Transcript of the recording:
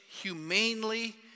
humanely